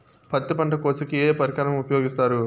పత్తి పంట కోసేకి ఏ పరికరం ఉపయోగిస్తారు?